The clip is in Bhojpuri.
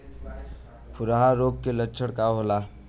खुरहा रोग के लक्षण का होला?